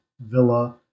Villa